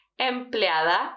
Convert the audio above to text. empleada